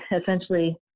essentially